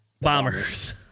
Bombers